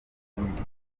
gufunga